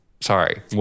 sorry